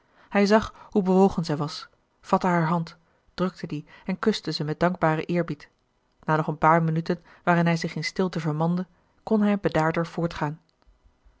hij zag hoe bewogen zij was vatte hare hand drukte die en kuste ze met dankbaren eerbied na nog een paar minuten waarin hij zich in stilte vermande kon hij bedaarder voortgaan